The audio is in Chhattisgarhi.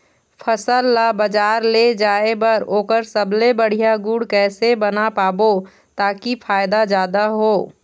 फसल ला बजार ले जाए बार ओकर सबले बढ़िया गुण कैसे बना पाबो ताकि फायदा जादा हो?